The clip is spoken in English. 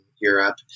Europe